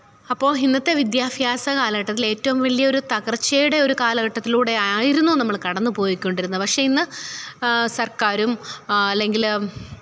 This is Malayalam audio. അപ്പോൾ ഇന്നത്തെ വിദ്യാഭ്യാസ കാലഘട്ടത്തിൽ ഏറ്റവും വലിയ ഒരു തകര്ച്ചയുടെ ഒരു കാലഘട്ടത്തിലൂടെ ആയിരുന്നു നമ്മൾ കടന്ന് പോയിക്കൊണ്ടിരുന്നത് പക്ഷെ ഇന്ന് സര്ക്കാരും അല്ലെങ്കിൽ